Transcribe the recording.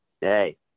Hey